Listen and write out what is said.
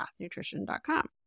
pathnutrition.com